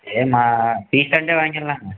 ஏம்மா பி சாண்ட்டே வாங்கிடலாங்க